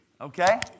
okay